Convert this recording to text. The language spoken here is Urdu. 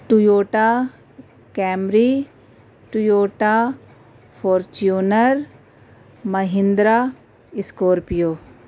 Toyota Camry Toyota Fortuner Mahindra Scorpio